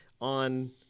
on